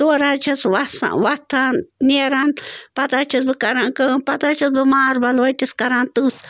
تورٕ حظ چھَس وَسان وۄتھان نیران پتہٕ حظ چھَس بہٕ کَران کٲم پتہٕ حظ چھَس بہٕ ماربَل ؤٹِس کَران تٕژھ